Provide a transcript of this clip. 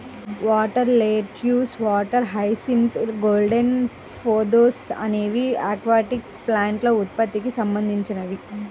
water lettuce, water hyacinth, golden pothos అనేవి aquatic ప్లాంట్ల ఉత్పత్తికి సంబంధించినవి